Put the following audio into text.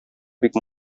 бик